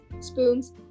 spoons